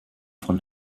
von